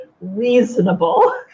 reasonable